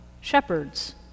shepherds